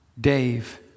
Dave